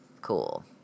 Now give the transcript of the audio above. Cool